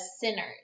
sinners